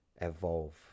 evolve